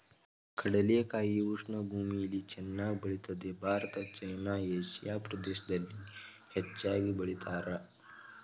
ಕಡಲೆಕಾಯಿ ಉಷ್ಣ ಭೂಮಿಲಿ ಚೆನ್ನಾಗ್ ಬೆಳಿತದೆ ಭಾರತ ಚೈನಾ ಏಷಿಯಾ ಪ್ರದೇಶ್ದಲ್ಲಿ ಹೆಚ್ಚಾಗ್ ಬೆಳಿತಾರೆ